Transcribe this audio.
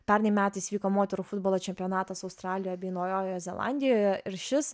pernai metais vyko moterų futbolo čempionatas australijoje bei naujojoje zelandijoje ir šis